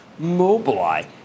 Mobileye